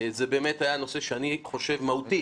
זה באמת היה נושא שאני חושב שמהותית